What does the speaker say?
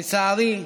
לצערי,